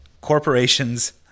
Corporations